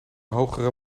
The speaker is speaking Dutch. hogere